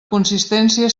consistència